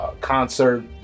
concert